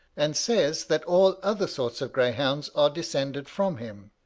and says that all other sorts of greyhounds are descended from him,